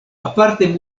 aparte